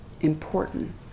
Important